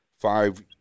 five